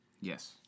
Yes